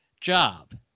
job